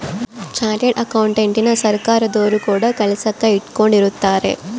chartered ಅಕೌಂಟೆಂಟನ ಸರ್ಕಾರದೊರು ಕೂಡ ಕೆಲಸಕ್ ಇಟ್ಕೊಂಡಿರುತ್ತಾರೆ